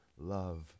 love